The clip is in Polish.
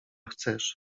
chcesz